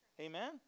Amen